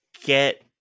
get